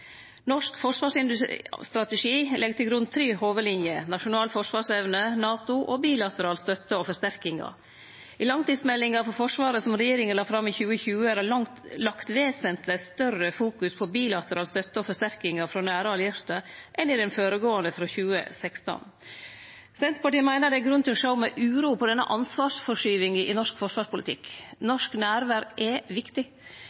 Norsk forsvarsstrategi legg til grunn tre hovudlinjer: nasjonal forsvarsevne, NATO og bilateral støtte og forsterkingar. I langtidsmeldinga for Forsvaret som regjeringa la fram i 2020, er det lagt vesentleg større vekt på bilateral støtte og forsterkingar frå nære allierte enn i den føregåande, frå 2016. Senterpartiet meiner det er grunn til å sjå med uro på denne ansvarsforskyvinga i norsk forsvarspolitikk. Norsk nærvær er viktig.